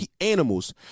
animals